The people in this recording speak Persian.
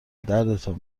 دردتان